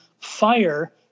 Fire